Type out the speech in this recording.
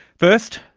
first,